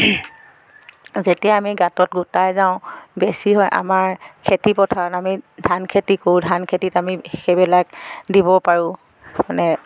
যেতিয়া আমি গাঁতত গোটাই যাওঁ বেছি হয় আমাৰ খেতি পথাৰত আমি ধান খেতি কৰোঁ ধান খেতিত আমি সেইবিলাক দিব পাৰোঁ মানে